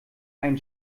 einen